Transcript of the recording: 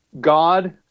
God